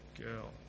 girl